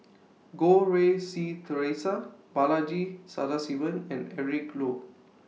Goh Rui Si Theresa Balaji Sadasivan and Eric Low